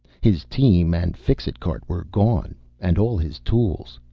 his team and fixit cart were gone and all his tools.